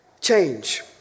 Change